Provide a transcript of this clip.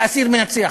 האסיר מנצח,